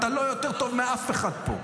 אתה לא יותר טוב מאף אחד פה.